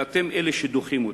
ואתם אלה שדוחים אותה,